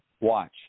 Watch